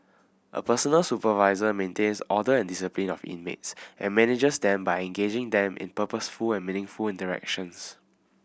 a personal supervisor maintains order and discipline of inmates and manages them by engaging them in purposeful and meaningful interactions